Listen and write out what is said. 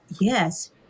yes